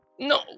No